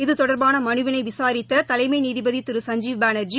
இது தொடர்பானமனுவினைவிசாரித்ததலைமைநீதிபதிதிரு சஞ்சீவ் பேனர்ஜி